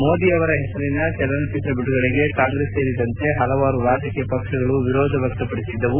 ಮೋದಿ ಅವರ ಹೆಸರಿನ ಚಲನಚಿತ್ರ ಬಿಡುಗಡೆಗೆ ಕಾಂಗ್ರೆಸ್ ಸೇರಿದಂತೆ ಹಲವಾರು ರಾಜಕೀಯ ಪಕ್ಷಗಳು ವಿರೋಧ ವ್ಯಕ್ತಪಡಿಸಿದ್ದವು